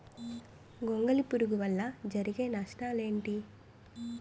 గొంగళి పురుగు వల్ల జరిగే నష్టాలేంటి?